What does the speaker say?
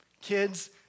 Kids